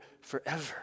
forever